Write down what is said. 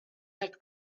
had